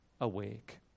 awake